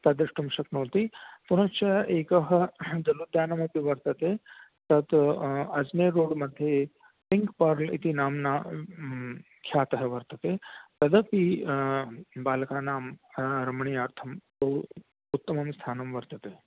तद् द्रष्टुं शक्नोति पुनश्च एकः दलुद्यानं अपि वर्तते तत् अज्मेर् रोड् मध्ये पिङ्कपर्ल इति नाम्ना ख्यातः वर्तते तदपि बालकानां रमणीयार्थं बहूत्तमं स्थानं वर्तते